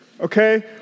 okay